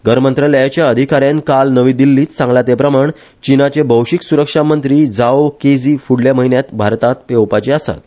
घरमंत्रालयाच्या अधिकाऱ्यान काल नवी दिल्लीत सांगला ते प्रमाण चीनाचे भौशिक सुरक्षा मंत्री झाओ केझी फुडल्या म्हयन्यात भारतात येवपाचे आसात